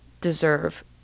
deserve